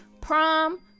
Prom